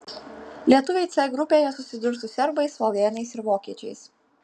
lietuviai c grupėje susidurs su serbais slovėnais ir vokiečiais